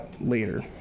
later